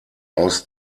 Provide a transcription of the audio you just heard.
aus